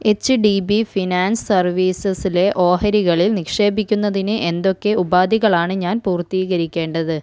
H D B finance സർവീസസിലെ ഓഹരികളിൽ നിക്ഷേപിക്കുന്നതിന് എന്തൊക്കെ ഉപാധികളാണ് ഞാൻ പൂർത്തീകരിക്കേണ്ടത്